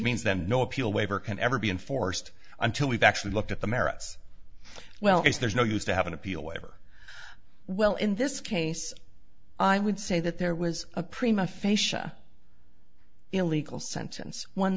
means that no appeal waiver can ever be enforced until we've actually looked at the merits well there's no use to have an appeal ever well in this case i would say that there was a prima facia illegal sentence one